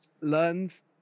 learns